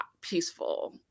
peaceful